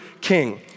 king